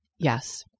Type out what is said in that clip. Yes